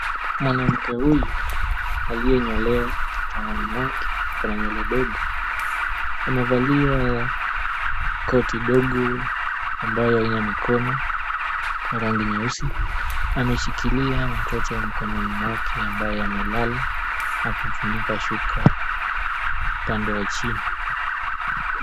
Mwanamke huyu aliyenyolewa kichwani mwake kuna nywele ndogo. Amevalia koti ndogo ambayo haina mikono la rangi nyeusi. Ameshikilia mtoto mkononi mwake ambaye amelala na kumfunika shuka upande wa chini.